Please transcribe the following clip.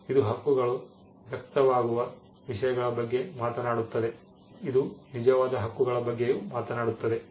ಇದು ಹಕ್ಕುಗಳು ವ್ಯಕ್ತವಾಗುವ ವಿಷಯಗಳ ಬಗ್ಗೆ ಮಾತನಾಡುತ್ತದೆ ಮತ್ತು ಇದು ನಿಜವಾದ ಹಕ್ಕುಗಳ ಬಗ್ಗೆಯೂ ಮಾತನಾಡುತ್ತದೆ